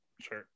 sure